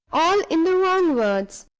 all in the wrong words.